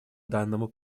данному